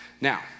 Now